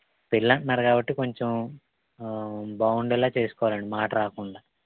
పెళ్ళి అంటున్నారు కాబట్టి కొంచెం బాగుండేలా చేసుకోవాలండి మాటరాకుండా